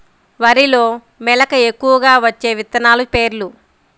వరిలో మెలక ఎక్కువగా వచ్చే విత్తనాలు పేర్లు?